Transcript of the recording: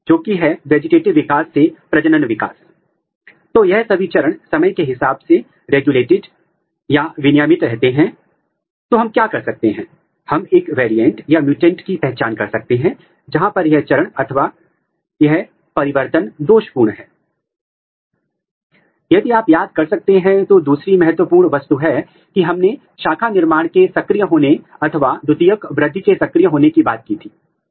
और जब एक बार आपके पैराफिन के ब्लॉक तैयार हो जाते हैं तब आप इस नमूने को ले सकते हैं उसका क्रॉस सेक्शन कर सकते हैं और उस सेक्शन को Poly L lysine coated slide के ऊपर एकत्र कर सकते हैं यह महत्वपूर्ण है क्योंकि आप चाहते हैं कि आपका सेक्शन स्लाइड पर अच्छी तरह चिपक जाए और यह नीचे ना गिरे